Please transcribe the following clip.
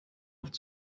oft